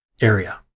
area